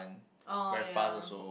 oh ya